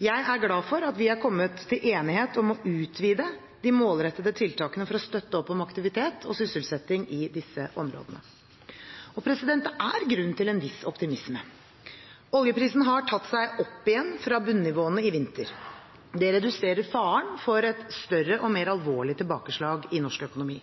Jeg er glad for at vi er kommet til enighet om å utvide de målrettede tiltakene for å støtte opp om aktivitet og sysselsetting i disse områdene. Og det er grunn til en viss optimisme. Oljeprisen har tatt seg opp igjen fra bunnivåene i vinter. Det reduserer faren for et større og mer alvorlig tilbakeslag i norsk økonomi.